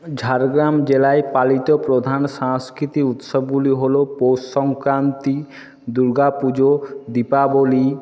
ঝাড়গ্রাম জেলায় পালিত প্রধান সাংস্কৃতিক উৎসবগুলি হলো পৌষ সংক্রান্তি দুর্গা পুজো দীপাবলি